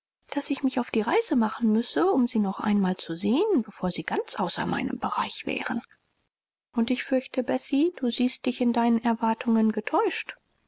daß ich mich auf die reise machen müsse um sie noch einmal zu sehen bevor sie ganz außer meinem bereich wären und ich fürchte bessie du siehst dich in deinen erwartungen getäuscht